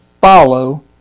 Follow